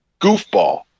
goofball